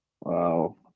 Wow